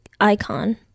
icon